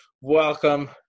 Welcome